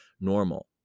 normal